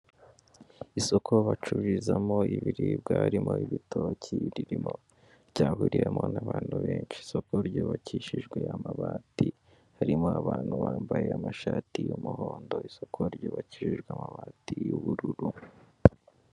Isoko bacururizamo ibiribwa harimo ibitoki, ririmo ryahuriyemo n'abantu benshi, isoko ryubakishijwe amabati, harimo n'abantu bambaye amashati y'umuhondo, isoko ryubakijwe amabati y'ubururu.